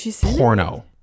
porno